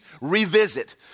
revisit